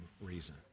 reason